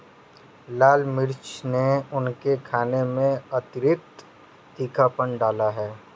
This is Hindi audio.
लाल मिर्च ने उनके खाने में अतिरिक्त तीखापन डाला है